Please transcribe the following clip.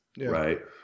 right